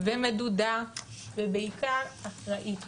ומדודה ובעיקר אחראית,